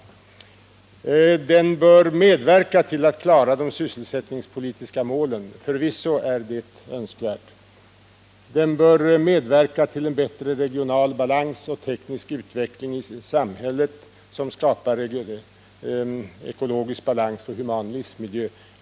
Näringspolitiken bör medverka till att klara de sysselsättningspolitiska målen. — Det är förvisso önskvärt. Näringspolitiken bör medverka till en bättre regional balans och teknisk utveckling i samhället, som skapar ekologisk balans och human livsmiljö.